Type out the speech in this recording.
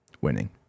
winning